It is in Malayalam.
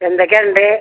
എന്തൊക്കെയുണ്ട്